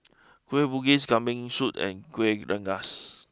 Kueh Bugis Kambing Soup and Kueh Rengas